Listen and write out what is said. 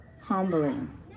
humbling